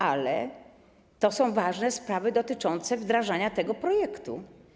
Ale to są ważne sprawy dotyczące wdrażania tego projektu.